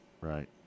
Right